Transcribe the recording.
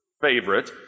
favorite